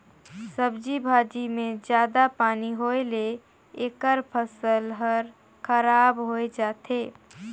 सब्जी भाजी मे जादा पानी होए ले एखर फसल हर खराब होए जाथे